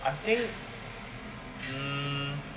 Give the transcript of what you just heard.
I think hmm